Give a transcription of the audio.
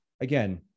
again